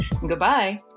Goodbye